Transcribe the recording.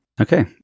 Okay